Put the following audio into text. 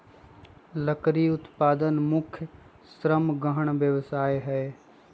लकड़ी उत्पादन मुख्य श्रम गहन व्यवसाय हइ